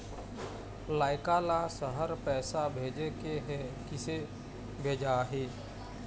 लइका ला शहर पैसा भेजें के हे, किसे भेजाही